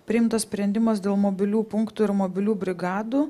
priimtas sprendimas dėl mobilių punktų ir mobilių brigadų